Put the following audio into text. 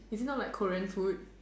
is it not like Korean food